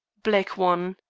black won.